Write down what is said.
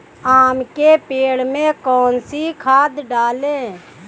आम के पेड़ में कौन सी खाद डालें?